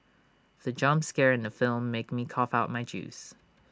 the jump scare in the film made me cough out my juice